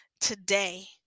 today